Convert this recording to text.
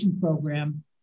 program